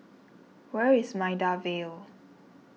where is Maida Vale